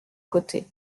côté